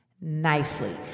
nicely